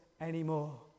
anymore